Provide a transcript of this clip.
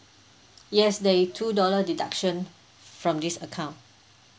yes there's two dollar deduction from this account